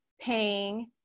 paying